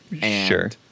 Sure